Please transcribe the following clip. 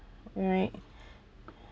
alright